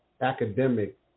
academic